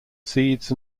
seeds